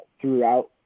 throughout